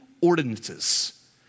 ordinances